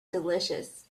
delicious